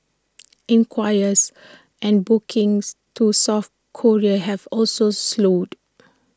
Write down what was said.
inquiries and bookings to south Korea have also slowed